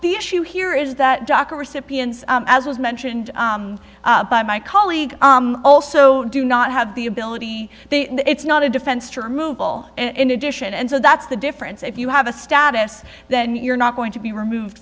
the issue here is that doctor recipients as was mentioned by my colleague also do not have the ability it's not a defense to remove all in addition and so that's the difference if you have a status then you're not going to be removed